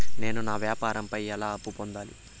నేను నా వ్యాపారం పై ఎలా అప్పు పొందాలి?